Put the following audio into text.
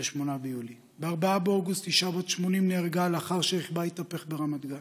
ב-4 באוגוסט נהרגה אישה בת 80 לאחר שרכבה התהפך ברמת גן.